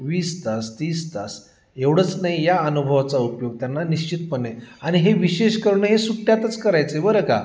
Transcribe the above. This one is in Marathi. वीस तास तीस तास एवढंच नाही या अनुभवाचा उपयोग त्यांना निश्चितपणे आणि हे विशेष करणं हे सुट्ट्यातच करायचं आहे बरं का